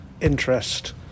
interest